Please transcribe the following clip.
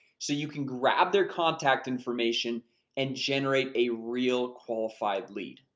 so you can grab their contact information and generate a real qualified lead.